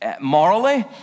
morally